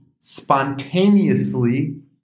spontaneously